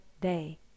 day